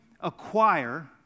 acquire